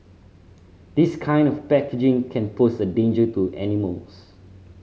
this kind of packaging can pose a danger to animals